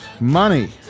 money